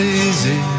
easy